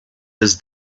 his